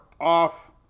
off